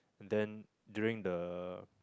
then during the